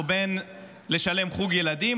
לבין לשלם על חוג ילדים,